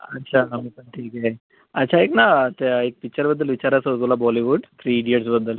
अच्छा मी पण ठीक आहे अच्छा ऐक ना त्या एक पिच्चरबद्दल विचारायचं होतं तुला बॉलीवूड थ्री इडियट्सबद्दल